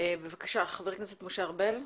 בבקשה, חבר הכנסת משה ארבל.